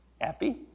Happy